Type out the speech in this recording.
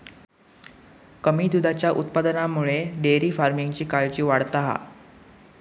कमी दुधाच्या उत्पादनामुळे डेअरी फार्मिंगची काळजी वाढता हा